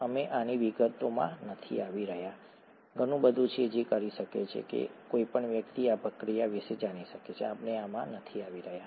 અમે આની વિગતોમાં નથી આવી રહ્યા ઘણું બધું છે જે કરી શકે છે કે કોઈ પણ વ્યક્તિ આ પ્રક્રિયા વિશે જાણી શકે છે આપણે આમાં નથી આવી રહ્યા